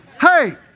Hey